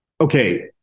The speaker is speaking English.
Okay